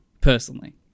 personally